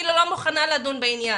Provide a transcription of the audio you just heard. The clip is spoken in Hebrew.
אפילו לא מוכנה לדון בעניין.